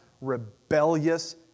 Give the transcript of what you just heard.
rebellious